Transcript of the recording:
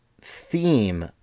theme